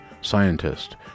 scientist